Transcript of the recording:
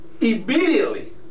immediately